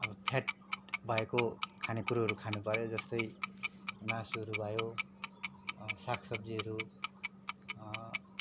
fat भएको खानेकुरोहरू खानु पऱ्यो जस्तै मासुहरू भयो साग सब्जीहरू